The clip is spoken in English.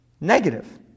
Negative